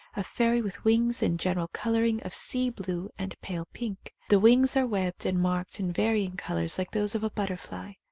a fairy with wings and general colouring of sea-blue and pale pink. the wings are webbed and marked in varying colours like those of a butterfly.